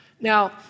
Now